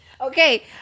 okay